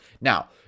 Now